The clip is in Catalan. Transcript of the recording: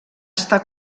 està